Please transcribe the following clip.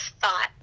thought